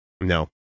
No